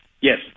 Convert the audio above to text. Yes